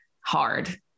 hard